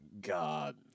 god